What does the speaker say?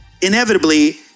inevitably